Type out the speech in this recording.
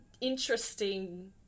interesting